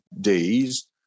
days